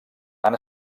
han